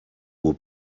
will